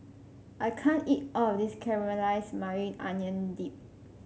I can't eat all of this Caramelized Maui Onion Dip